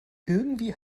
irgendwie